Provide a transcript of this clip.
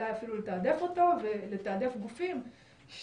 היא צריכה אולי אפילו לתעדף אותו ולתעדף גופים שהעמידה